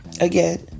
again